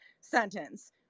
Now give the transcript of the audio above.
sentence